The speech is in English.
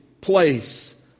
place